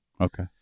Okay